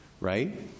right